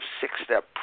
six-step